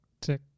tick